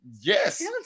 Yes